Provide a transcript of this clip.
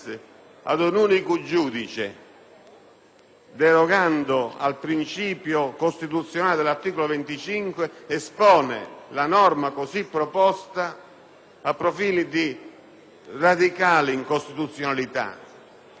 derogando al principio costituzionale dell'articolo 25 espone la norma così proposta a profili di radicale incostituzionalità. Noi dobbiamo essere attenti: